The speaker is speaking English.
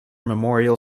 memorial